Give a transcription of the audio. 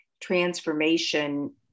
transformation